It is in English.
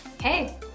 Hey